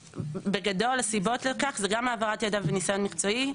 בגדול הסיבות לכך זה גם העברת ידע וניסיון מקצועי,